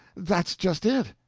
that's just it!